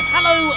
Hello